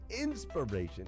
inspiration